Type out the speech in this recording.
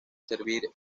servir